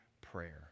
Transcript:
prayer